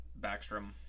Backstrom